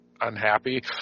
unhappy